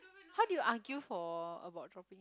how did you argue for about tropic